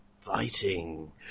fighting